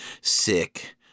sick